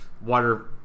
water